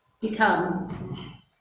become